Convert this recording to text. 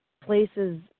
places